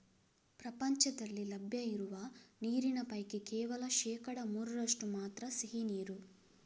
ಪ್ರಪಂಚದಲ್ಲಿ ಲಭ್ಯ ಇರುವ ನೀರಿನ ಪೈಕಿ ಕೇವಲ ಶೇಕಡಾ ಮೂರರಷ್ಟು ಮಾತ್ರ ಸಿಹಿ ನೀರು